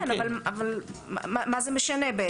כן, אבל מה זה משנה בעצם?